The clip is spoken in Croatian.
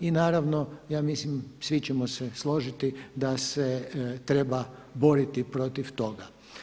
I naravno, ja mislim svi ćemo se složiti da se treba boriti protiv toga.